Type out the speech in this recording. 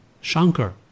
Shankar